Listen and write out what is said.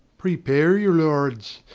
prepare you lords,